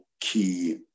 key